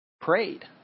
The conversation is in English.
prayed